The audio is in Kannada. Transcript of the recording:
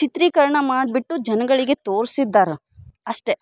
ಚಿತ್ರೀಕರಣ ಮಾಡಿಬಿಟ್ಟು ಜನಗಳಿಗೆ ತೋರ್ಸಿದ್ದಾರೆ ಅಷ್ಟೆ